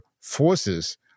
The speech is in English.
forces